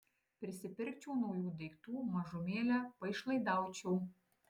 prisipirkčiau naujų daiktų mažumėlę paišlaidaučiau